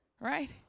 right